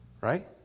right